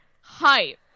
hype